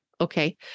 Okay